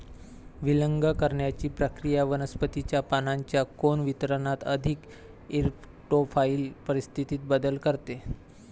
विलग करण्याची प्रक्रिया वनस्पतीच्या पानांच्या कोन वितरणात अधिक इरेक्टोफाइल परिस्थितीत बदल करते